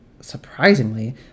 surprisingly